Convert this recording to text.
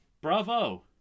bravo